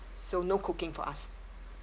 so no cooking for us